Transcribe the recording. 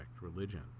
religion